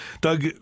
Doug